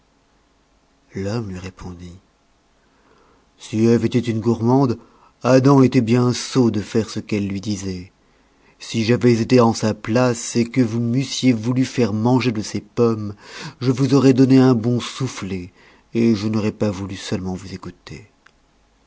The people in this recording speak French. l'homme lui répondit si ève était une gourmande adam était bien sot de faire ce qu'elle lui disait si j'avais été en sa place et que vous m'eussiez voulu faire manger de ces pommes je vous aurais donné un bon soufflet et je n'aurais pas voulu seulement vous écouter